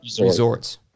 resorts